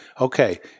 okay